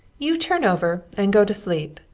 you turn over and go to sleep,